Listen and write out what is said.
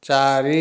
ଚାରି